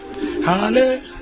halle